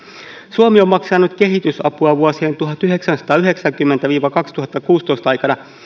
suomi on maksanut kehitysapua vuosien tuhatyhdeksänsataayhdeksänkymmentä viiva kaksituhattakuusitoista aikana